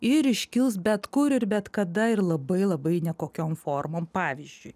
ir iškils bet kur ir bet kada ir labai labai ne kokiom formom pavyzdžiui